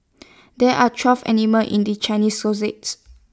there are twelve animals in the Chinese